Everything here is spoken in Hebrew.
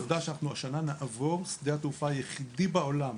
עובדה שאנחנו השנה נעבור שדה התעופה היחיד בעולם